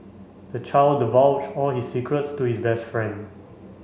the child divulged all his secrets to his best friend